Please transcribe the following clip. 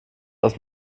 aus